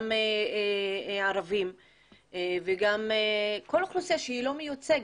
גם ערבים וגם כל אוכלוסייה שהיא לא מיוצגת.